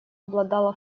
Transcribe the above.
обладала